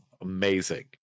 amazing